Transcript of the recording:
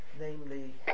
Namely